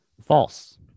false